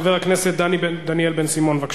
חבר הכנסת דניאל בן-סימון, בבקשה.